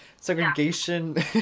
Segregation